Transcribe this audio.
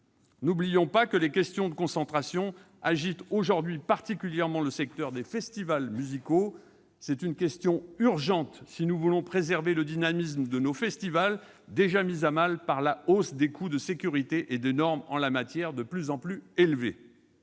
N'oublions pas que les questions de concentration agitent aujourd'hui particulièrement le secteur des festivals musicaux. C'est une question urgente si nous voulons préserver le dynamisme de nos festivals, déjà mis à mal par la hausse des coûts de sécurité et des normes en la matière de plus en plus élevées.